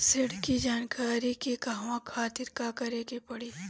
ऋण की जानकारी के कहवा खातिर का करे के पड़ी?